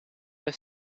have